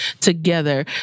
together